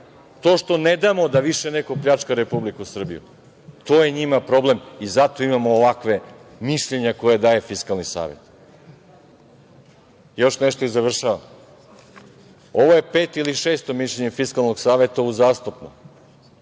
To što ne damo da više neko pljačka Republiku Srbiju, to je njima problem i zato imamo ovakva mišljenja koje daje Fiskalni savet. Još nešto i završavam. Ovo je peto ili šesto mišljenje Fiskalnog saveta uzastopno